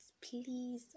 Please